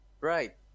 right